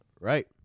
Right